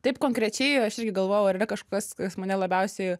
taip konkrečiai aš irgi galvojau ar yra kažkas kas mane labiausiai